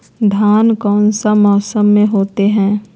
धान कौन सा मौसम में होते है?